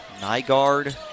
Nygaard